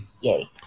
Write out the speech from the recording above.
yay